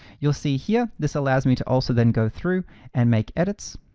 you'll see here, this allows me to also then go through and make edits.